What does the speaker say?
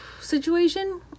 situation